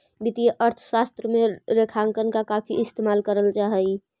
वित्तीय अर्थशास्त्र में रेखांकन का काफी इस्तेमाल करल जा हई